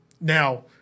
Now